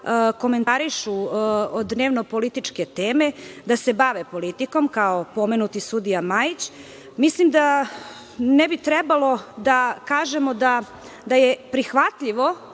komentarišu dnevnopolitičke teme, da se bave politikom, kao pomenuti sudija Majić. Mislim da ne bi trebalo da kažemo da je prihvatljivo